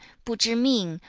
bu zhi ming,